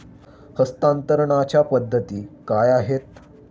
हस्तांतरणाच्या पद्धती काय आहेत?